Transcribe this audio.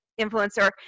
influencer